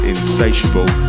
Insatiable